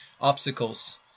obstacles